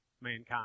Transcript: mankind